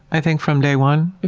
i think from day one.